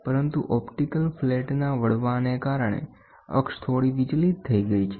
પરંતુ ઓપ્ટિકલ ફ્લેટના વળવાને કારણે અક્ષ થોડી વિચલિત થઈ ગઈ છે